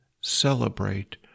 celebrate